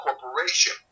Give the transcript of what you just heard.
Corporation